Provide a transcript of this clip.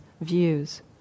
views